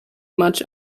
much